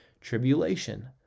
tribulation